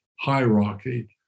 hierarchy